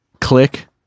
click